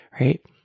right